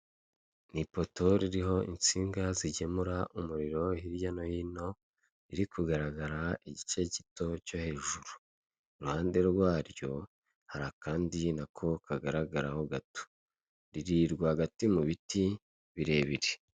Ni umuhanda uri ahantu hatuje, uri gucamo ipikipiki itwawe n'umumotari ariko nta mugenzi uriho. Iruhande rwayo hari igipangu cy'umukara ndetse gikikijwe n'ibiti.